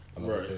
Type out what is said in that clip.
Right